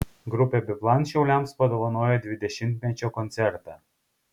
grupė biplan šiauliams padovanojo dvidešimtmečio koncertą